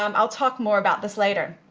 um i'll talk more about this later.